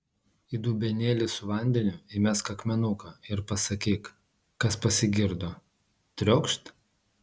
į dubenėlį su vandeniu įmesk akmenuką ir pasakyk kas pasigirdo triokšt